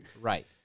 right